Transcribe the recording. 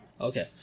Okay